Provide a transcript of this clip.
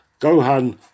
Gohan